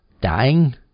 dying